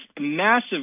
massive